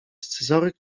scyzoryk